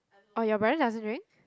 oh your brother doesn't drink